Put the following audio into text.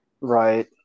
right